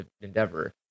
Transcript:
endeavor